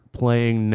playing